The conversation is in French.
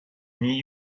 n’y